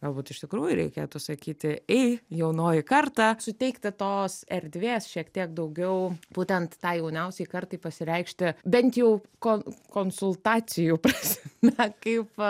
galbūt iš tikrųjų reikėtų sakyti ei jaunoji kartą suteikti tos erdvės šiek tiek daugiau būtent tai jauniausiai kartai pasireikšti bent jau ko konsultacijų prasme kaip